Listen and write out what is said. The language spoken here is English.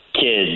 kids